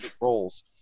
roles